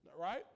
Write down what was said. Right